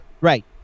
Right